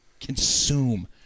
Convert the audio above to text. consume